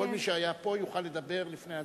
כל מי שהיה יוכל לדבר לפני ההצבעה.